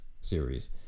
series